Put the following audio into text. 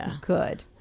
good